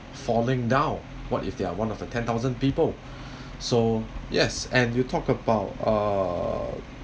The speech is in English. falling down what if they are one of the ten thousand people so yes and you talk about uh